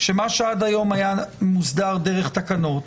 שמה שעד היום היה מוסדר דרך תקנות,